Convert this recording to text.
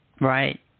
Right